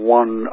one